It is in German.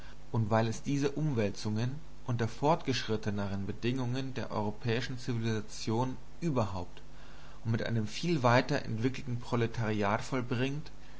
und weil es diese umwälzung unter fortgeschrittneren bedingungen der europäischen zivilisation überhaupt und mit einem viel weiter entwickelten proletariat vollbringt